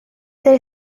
their